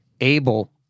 able—